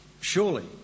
surely